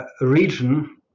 region